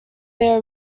their